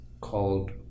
called